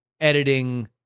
editing